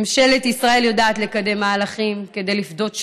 ממשלת ישראל יודעת לקדם מהלכים כדי לפדות שבויים.